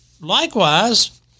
likewise